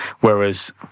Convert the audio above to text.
whereas